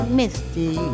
misty